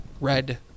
Red